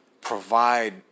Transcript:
provide